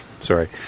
Sorry